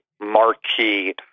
marquee